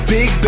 Big